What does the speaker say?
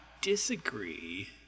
disagree